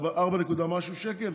4 נקודה משהו שקלים?